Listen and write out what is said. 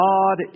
God